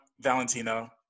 Valentino